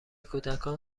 کودکان